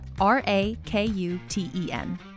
R-A-K-U-T-E-N